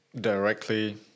directly